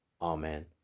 Amen